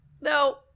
No